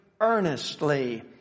earnestly